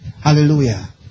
Hallelujah